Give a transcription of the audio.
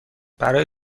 برای